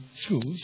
schools